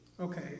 Okay